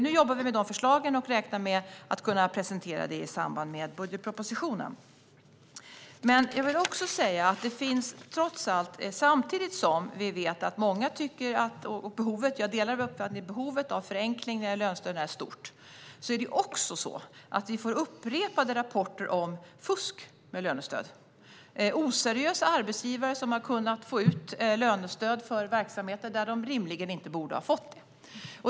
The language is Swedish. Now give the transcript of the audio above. Vi jobbar med de förslagen nu och räknar med att kunna presentera dem i samband med budgetpropositionen. Jag vill också säga att samtidigt som vi vet att många tycker att behovet av förenklingar i lönestöden är stort får vi upprepade rapporter om fusk med lönestöd. Oseriösa arbetsgivare har kunnat få ut lönestöd för verksamheter där de rimligen inte borde ha fått det.